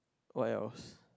what else